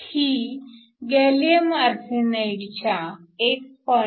ही gallium आर्सेनाईडच्या 1